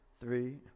three